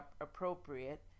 appropriate